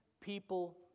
people